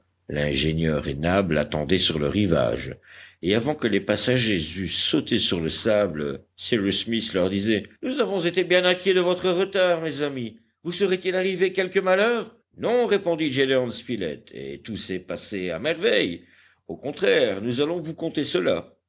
l'ingénieur et nab l'attendaient sur le rivage et avant que les passagers eussent sauté sur le sable cyrus smith leur disait nous avons été bien inquiets de votre retard mes amis vous serait-il arrivé quelque malheur non répondit gédéon spilett et tout s'est passé à merveille au contraire nous allons vous conter cela